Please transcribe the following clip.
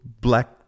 black